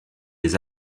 des